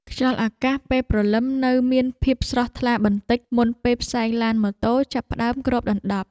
ខ្យល់អាកាសពេលព្រលឹមនៅមានភាពស្រស់ថ្លាបន្តិច មុនពេលផ្សែងឡានម៉ូតូចាប់ផ្ដើមគ្របដណ្ដប់។